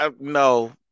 No